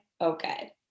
okay